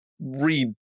read